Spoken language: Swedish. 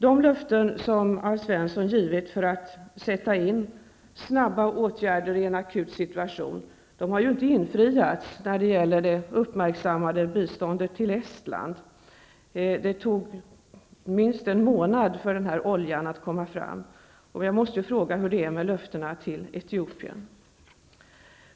De löften som Alf Svensson givit för att sätta in snabba åtgärder i en akut situation har ju inte infriats när det gäller det uppmärksammade biståndet till Estland. Det tog minst en månad för oljan att komma fram. Jag måste fråga hur det är med löftena till Etiopien.